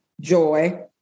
joy